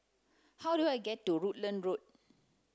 how do I get to Rutland Road